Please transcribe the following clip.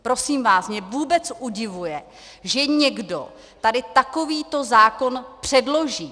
Prosím vás, mě vůbec udivuje, že někdo tady takovýto zákon předloží.